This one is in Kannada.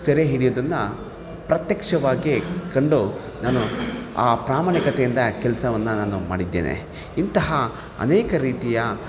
ಸೆರೆ ಹಿಡಿಯುವುದನ್ನು ಪ್ರತ್ಯಕ್ಷವಾಗಿ ಕಂಡು ನಾನು ಆ ಪ್ರಾಮಾಣಿಕತೆಯಿಂದ ಕೆಲ್ಸವನ್ನು ನಾನು ಮಾಡಿದ್ದೇನೆ ಇಂಥಹ ಅನೇಕ ರೀತಿಯ